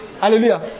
Hallelujah